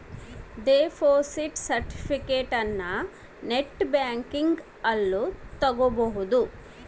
deposit ಸೆರ್ಟಿಫಿಕೇಟನ net banking ಅಲ್ಲು ತಕ್ಕೊಬೊದು